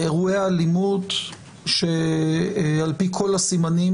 אירועי האלימות שעל פי כל הסימנים